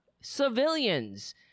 civilians